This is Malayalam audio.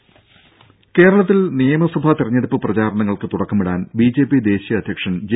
രുമ കേരളത്തിൽ നിയമസഭാ തെരഞ്ഞെടുപ്പ് പ്രചാരണങ്ങൾക്ക് തുടക്കമിടാൻ ബിജെപി ദേശീയ അധ്യക്ഷൻ ജെ